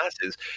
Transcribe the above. classes